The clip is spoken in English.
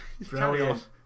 Brilliant